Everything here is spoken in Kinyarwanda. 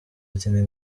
ati“ni